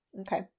Okay